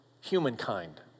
humankind